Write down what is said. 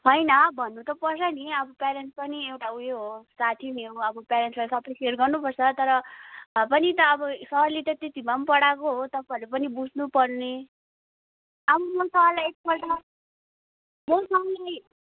होइन भन्नु त पर्छ नि अब प्यारेन्ट्स पनि एउटा उयो हो साथी नै हो अब प्यारेन्ट्सलाई सबै सेयर गर्नुपर्छ तर पनि त अब सरले त त्यति भए पनि पढाएको हो तपाईँहरूले पनि बुझ्नुपर्ने अब म सरलाई एकपल्ट बहुत राम्ररी